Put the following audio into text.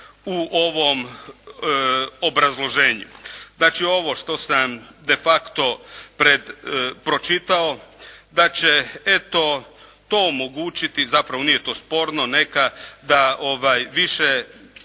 u ovom obrazloženju. Znači ovo što sam de facto pred, pročitao da će eto to omogućiti, zapravo nije to sporno neka, da više